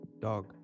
Dog